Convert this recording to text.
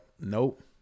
nope